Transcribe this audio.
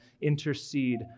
intercede